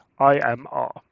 IMR